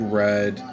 red